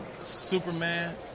Superman